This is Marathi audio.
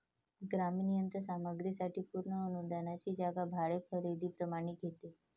ग्रामीण यंत्र सामग्री साठी पूर्ण अनुदानाची जागा भाडे खरेदी प्रणाली घेते